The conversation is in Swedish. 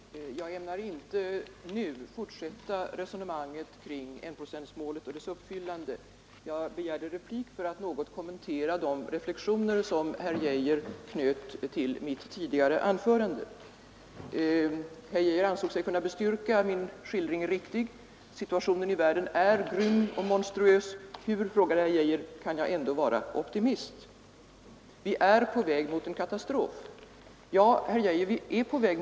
Herr talman! Jag ämnar inte nu fortsätta resonemanget kring enprocentsmålet och dess uppfyllande. Jag begärde replik för att något kommentera de reflexioner som herr Arne Geijer i Stockholm knöt till mitt tidigare anförande. Herr Geijer ansåg sig kunna bestyrka att min skildring är riktig. Situationen i världen är grym och monstruös. Hur, frågar herr Geijer, kan jag ändå vara optimist? Vi är på väg mot en katastrof, säger herr Geijer.